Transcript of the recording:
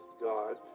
God